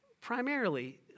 Primarily